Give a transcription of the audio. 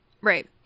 Right